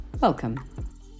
Welcome